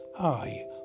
Hi